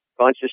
conscious